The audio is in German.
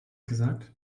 gesagt